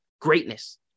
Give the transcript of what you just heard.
Greatness